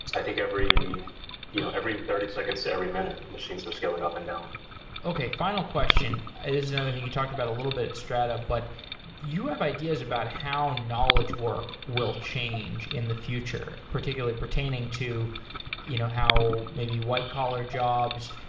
i think every you know thirty thirty seconds to every minutes, machines are scaling up and down okay. final question, this is another thing you talked about a little bit at strata, but you have ideas about how knowledge work will change in the future, particularly pertaining to you know how maybe white collar jobs,